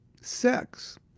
sex